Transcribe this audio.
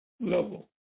level